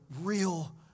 real